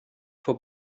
for